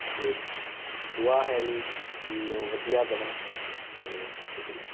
ਅਤੇ ਦੁਆ ਹੈਗੀ ਕਿ ਉਹ ਵਧੀਆ ਬਣੇ ਅਤੇ ਸ਼ੁਕਰੀਆ